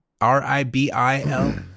R-I-B-I-L